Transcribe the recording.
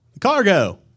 Cargo